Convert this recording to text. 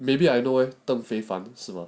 maybe I know where 是吧